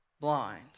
Blind